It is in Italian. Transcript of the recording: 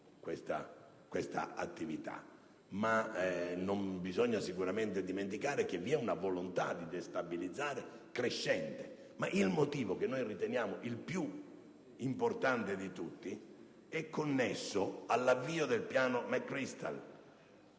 questa attività è ciclica. Non bisogna poi dimenticare che vi è una volontà destabilizzante crescente. Ma il motivo che noi riteniamo più importante di tutti è connesso all'avvio del piano McChrystal,